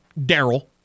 Daryl